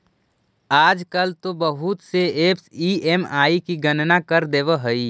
आजकल तो बहुत से ऐपस ई.एम.आई की गणना कर देवअ हई